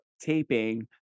taping